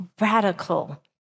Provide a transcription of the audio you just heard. radical